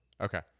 okay